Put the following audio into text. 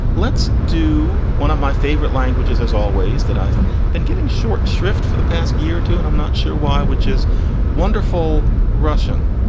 let's do one of my favorite languages, as always, that i've been giving short shrift for the past year or two and i'm not sure why, which is wonderful russian.